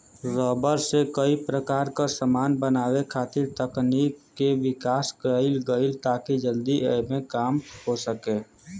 rubber से कई प्रकार क समान बनावे खातिर तकनीक के विकास कईल गइल ताकि जल्दी एमे काम हो सके